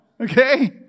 okay